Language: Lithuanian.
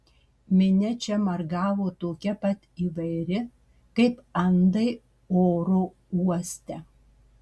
minia čia margavo tokia pat įvairi kaip andai oro uoste